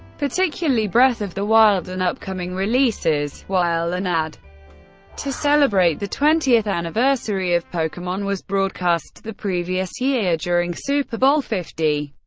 particularly breath of the wild, and upcoming releases while an ad to celebrate the twentieth anniversary of pokemon was broadcast the previous year during super bowl fifty,